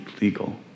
legal